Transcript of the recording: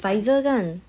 Pfizer kan